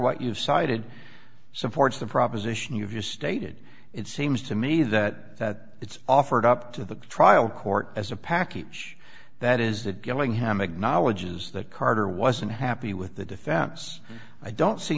what you've cited supports the proposition you've just stated it seems to me that it's offered up to the trial court as a package that is that gillingham acknowledges that carter was unhappy with the defense i don't see